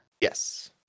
Yes